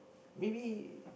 maybe